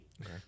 Okay